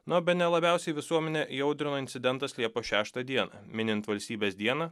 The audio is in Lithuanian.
na o bene labiausiai visuomenę įaudrino incidentas liepos šeštą dieną minint valstybės dieną